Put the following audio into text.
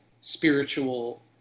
spiritual